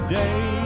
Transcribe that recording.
day